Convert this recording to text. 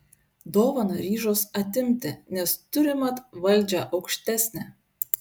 dovaną ryžos atimti nes turi mat valdžią aukštesnę